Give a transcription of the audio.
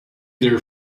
their